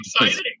exciting